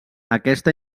aquesta